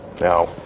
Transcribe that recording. Now